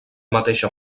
mateixa